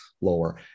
lower